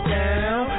down